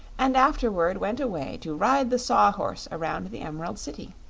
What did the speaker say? and afterward went away to ride the saw-horse around the emerald city.